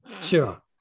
Sure